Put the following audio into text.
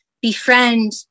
befriend